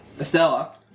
Estella